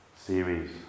Series